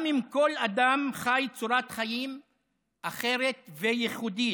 גם אם כל אדם חי צורת חיים אחרת וייחודית